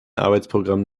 arbeitsprogramm